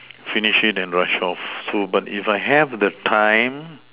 finish it and rush off full but if I have the time